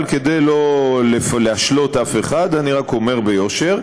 אבל כדי לא להשלות אף אחד אני רק אומר ביושר,